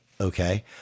Okay